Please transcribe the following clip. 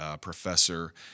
professor